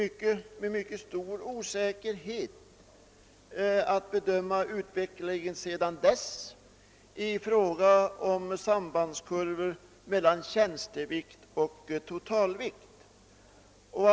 Bedömningen av utvecklingen när det gäller sambandskurvor mellan tjänstevikt och totalvikt blir därför mycket osäker.